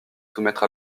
soumettre